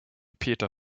peter